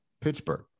Pittsburgh